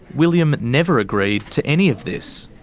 william never agreed to any of this.